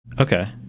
Okay